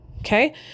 Okay